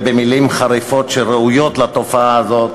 ובמילים חריפות שראויות לתופעה הזאת,